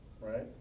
Right